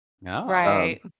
right